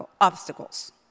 obstacles